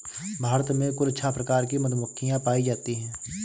भारत में कुल छः प्रकार की मधुमक्खियां पायी जातीं है